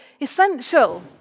essential